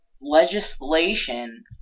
legislation